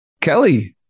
Kelly